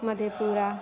Madhepura